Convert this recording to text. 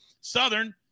Southern